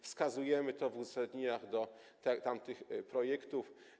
Wskazujemy na to w uzasadnieniach do tamtych projektów.